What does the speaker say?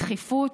בדחיפות,